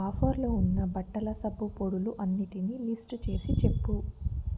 ఆఫర్లు ఉన్న బట్టల సబ్బు పొడులు అన్నిటినీ లిస్టు చేసి చెప్పు